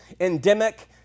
endemic